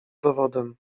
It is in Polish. dowodem